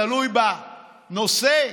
תלוי בנושא,